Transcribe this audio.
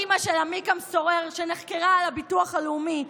אימא של עמיקם שורר שנחקרה על ביטוח לאומי,